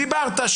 דיברת,